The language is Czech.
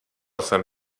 jsem